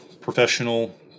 professional